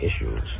issues